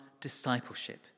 discipleship